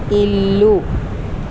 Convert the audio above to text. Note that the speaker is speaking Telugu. ఇల్లు